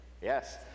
yes